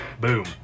boom